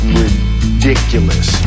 ridiculous